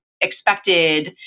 expected